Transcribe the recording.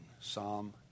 Psalm